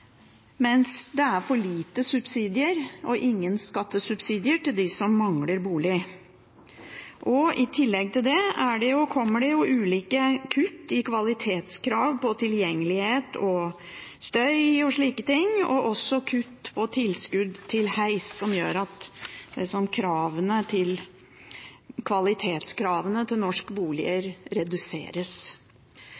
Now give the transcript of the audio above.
mens det er for lite subsidier og ingen skattesubsidier til dem som mangler bolig. I tillegg kommer ulike kutt i kvalitetskrav når det gjelder tilgjengelighet, støy osv., og også kutt i tilskudd til heis, som gjør at kvalitetskravene til norske boliger